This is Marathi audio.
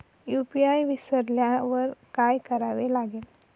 यू.पी.आय विसरल्यावर काय करावे लागेल?